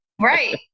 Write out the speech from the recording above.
Right